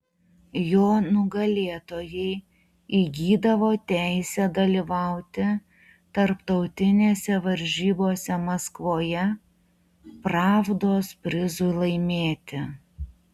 jo nugalėtojai įgydavo teisę dalyvauti tarptautinėse varžybose maskvoje pravdos prizui laimėti